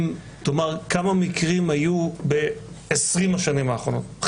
אם תאמר כמה מקרים היו ב- 20 השנים האחרונות,